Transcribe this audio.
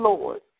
Lord